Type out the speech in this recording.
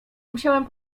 musiałem